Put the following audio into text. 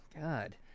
God